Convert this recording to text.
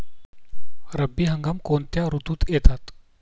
रब्बी हंगाम कोणत्या ऋतूत येतात?